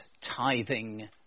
tithing